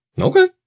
Okay